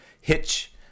hitch